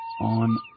On